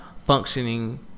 Functioning